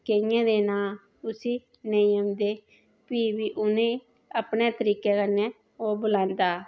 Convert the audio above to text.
केइयें दे नां उसी नेई ओंदे फिह् बी उनें अपने तरिके कन्नै ओह् बलांदा